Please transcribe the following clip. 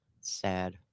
Sad